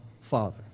Father